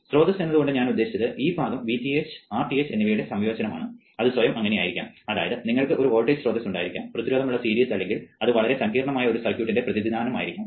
സ്രോതസ്സ് എന്നതുകൊണ്ട് ഉണ്ട് ഞാൻ ഉദ്ദേശിച്ചത് ഈ ഭാഗം Vth Rth എന്നിവയുടെ സംയോജനമാണ് അത് സ്വയം അങ്ങനെയായിരിക്കാം അതായത് നിങ്ങൾക്ക് ഒരു വോൾട്ടേജ് സ്രോതസ്സ് ഉണ്ടായിരിക്കാം പ്രതിരോധം ഉള്ള സീരീസ് അല്ലെങ്കിൽ അത് വളരെ സങ്കീർണ്ണമായ ഒരു സർക്യൂട്ടിന്റെ പ്രതിനിധാനമായിരിക്കാം